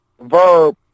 Verb